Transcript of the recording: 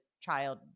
child